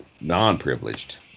non-privileged